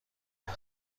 بود